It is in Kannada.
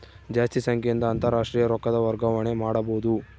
ಜಾಸ್ತಿ ಸಂಖ್ಯೆಯಿಂದ ಅಂತಾರಾಷ್ಟ್ರೀಯ ರೊಕ್ಕದ ವರ್ಗಾವಣೆ ಮಾಡಬೊದು